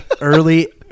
early